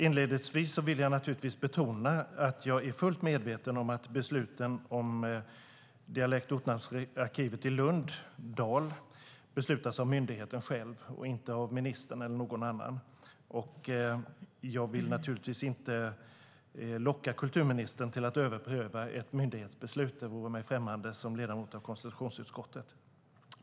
Inledningsvis vill jag naturligtvis betona att jag är fullt medveten om att besluten om Dialekt och ortnamnsarkivet i Lund, Dal, fattas av myndigheten själv och inte av ministern eller någon annan. Jag vill naturligtvis inte locka kulturministern till att överpröva ett myndighetsbeslut. Det vore mig främmande som ledamot av konstitutionsutskottet.